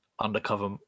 undercover